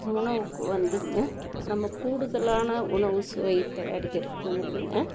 உணவுக்கு வந்துங்க நம்ம கூடுதலான உணவு சுவை தயாரிக்கிறதுக்கு வந்துங்க